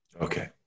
Okay